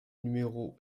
numéros